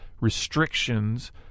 restrictions